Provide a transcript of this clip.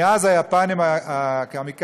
מאז היפנים הקמיקזים